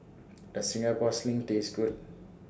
Does Singapore Sling Taste Good